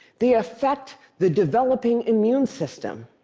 they affect the developing immune system,